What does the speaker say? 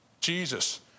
Jesus